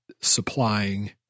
supplying